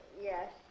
Yes